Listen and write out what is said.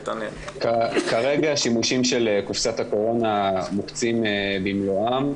כרגע השימושים של קופסת הקורונה מוקצים במלואם.